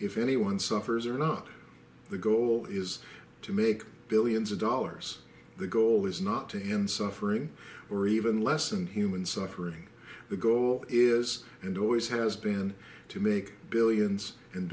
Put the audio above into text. if anyone suffers or not the goal is to make billions of dollars the goal is not to end suffering or even lessen human suffering the goal is and always has been to make billions and